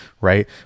Right